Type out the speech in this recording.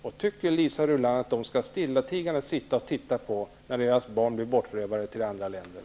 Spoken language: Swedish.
Anser Liisa Rulander att dessa kvinnor stillatigande skall sitta och titta på när deras barn blir bortrövade till andra länder?